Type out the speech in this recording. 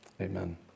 Amen